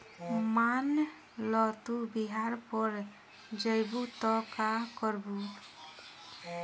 मान ल तू बिहार पड़ जइबू त का करबू